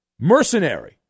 mercenary